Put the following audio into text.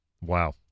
Wow